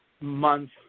month